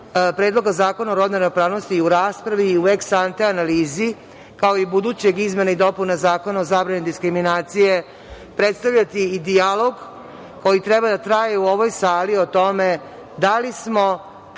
Predloga zakona o rodnoj ravnopravnosti i u raspravi i u ex-ante analizi, kao i budućeg izmena i dopuna Zakona o zabrani diskriminacije predstavljati i dijalog koji treba da traje u ovoj sali o tome da li smo, kakvi